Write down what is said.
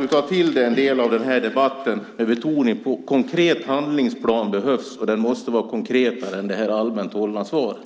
nu tar till dig en del av den här debatten, där vi har betonat att en konkret handlingsplan behövs. Den måste vara konkretare än det allmänt hållna svaret.